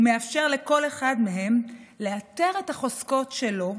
הוא מאפשר לכל אחד מהם לאתר את החוזקות שלו,